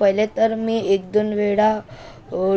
पहिले तर मी एक दोन वेळा